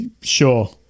Sure